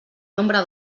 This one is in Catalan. nombre